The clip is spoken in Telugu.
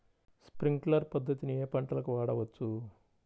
స్ప్రింక్లర్ పద్ధతిని ఏ ఏ పంటలకు వాడవచ్చు?